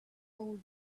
old